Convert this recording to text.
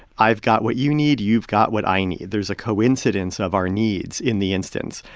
i've got what you need. you've got what i need. there's a coincidence of our needs in the instance.